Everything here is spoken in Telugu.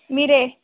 మీరే